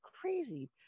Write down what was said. crazy